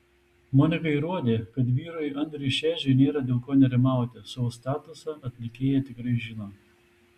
monika įrodė kad vyrui andriui šedžiui nėra dėl ko nerimauti savo statusą atlikėja tikrai žino